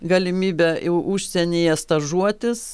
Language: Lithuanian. galimybę į užsienyje stažuotis